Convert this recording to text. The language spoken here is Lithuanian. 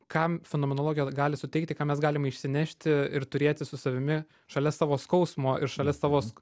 kam fenomenologija gali suteikti ką mes galime išsinešti ir turėti su savimi šalia savo skausmo ir šalia savos